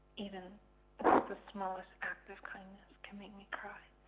even the smallest act of kindness can make me cry.